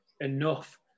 enough